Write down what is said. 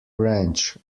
ranch